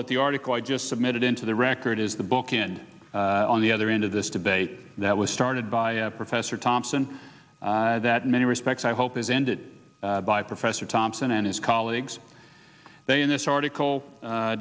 that the article i just submitted into the record is the book in on the other end of this debate that was started by professor thompson that many respects i hope is ended by professor thompson and his colleagues in this article